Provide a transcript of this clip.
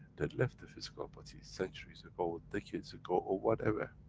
they left the physical body centuries ago, decades ago or whatever.